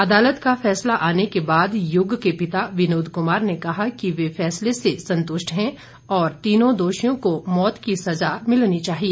अदालत का फैसला आने के बाद युग के पिता विनोद कुमार ने कहा कि वे फैसले से संतुष्ट है और तीनों दोषियों को मौत की सजा मिलनी चाहिए